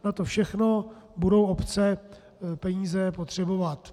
Na to všechno budou obce peníze potřebovat.